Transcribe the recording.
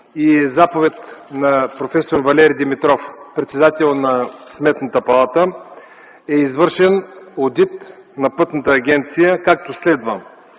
заповед на проф. Валери Димитров – председател на Сметната палата, е извършен одит на Пътната агенция, както следва: